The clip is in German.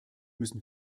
müssen